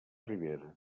ribera